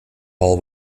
all